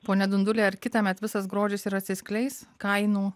pone dunduli ar kitąmet visas grožis ir atsiskleis kainų